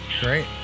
Great